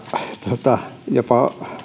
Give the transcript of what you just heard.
jopa